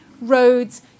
roads